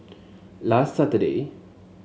last Saturday